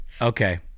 Okay